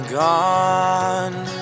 gone